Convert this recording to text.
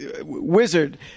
wizard